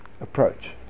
approach